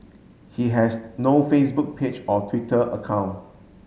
he has no Facebook page or Twitter account